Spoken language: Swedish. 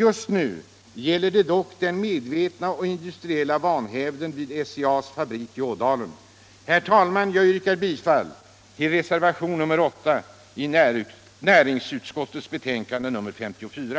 Just nu gäller det dock den medvetna industriella vanhävden vid SCA:s fabrik i Ådalen. Herr talman! Jag yrkar bifall till reservationen 8 vid näringsutskottets betänkande nr 54.